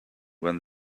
when